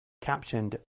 captioned